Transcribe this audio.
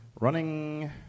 Running